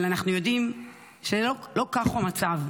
אבל אנחנו יודעים שלא כך הוא מצב.